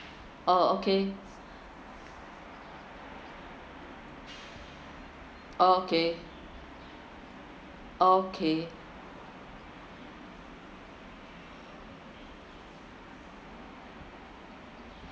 orh okay orh okay okay